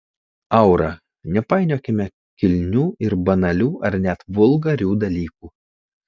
aura nepainiokime kilnių ir banalių ar net vulgarių dalykų